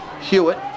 Hewitt